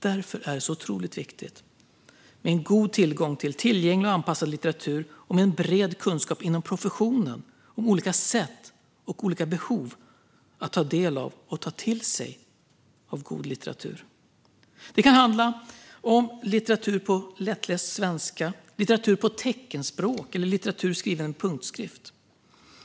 Därför är det otroligt viktigt med god tillgång till tillgänglig och anpassad litteratur och med en bred kunskap inom professionen om olika sätt och behov att ta del av och ta till sig av god litteratur. Det kan handla om litteratur på lättläst svenska, litteratur på teckenspråk eller litteratur skriven med punktskrift.